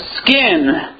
skin